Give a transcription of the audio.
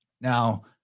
Now